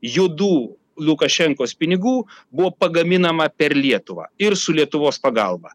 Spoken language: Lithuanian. juodų lukašenkos pinigų buvo pagaminama per lietuvą ir su lietuvos pagalba